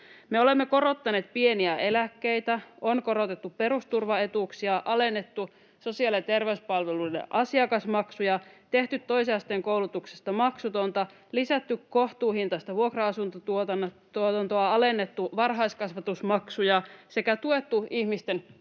Me olemme korottaneet pieniä eläkkeitä. On korotettu perusturvaetuuksia, alennettu sosiaali- ja terveyspalveluiden asiakasmaksuja, tehty toisen asteen koulutuksesta maksutonta, lisätty kohtuuhintaista vuokra-asuntotuotantoa, alennettu varhaiskasvatusmaksuja sekä tuettu ihmisten työllistymistä